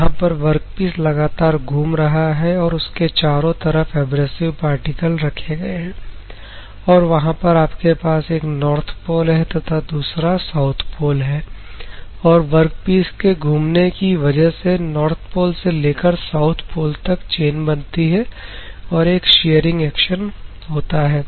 जहां पर वर्कपीस लगातार घूम रहा है और उसके चारों तरफ एब्रेसिव पार्टिकल रखे गए हैं और वहां पर आपके पास एक नॉर्थ पोल है तथा दूसरा साउथ पोल है और वर्कपीस के घूमने की वजह से नॉर्थ पोल से लेकर साउथ पोल तक चैन बनती है और एक शेयरिंग एक्शन होता है